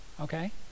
Okay